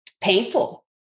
painful